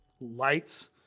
lights